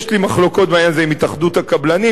יש לי מחלוקות בעניין הזה עם התאחדות הקבלנים.